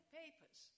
papers